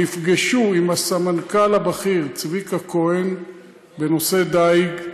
נפגשו עם הסמנכ"ל הבכיר צביקה כהן בנושא דיג.